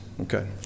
Okay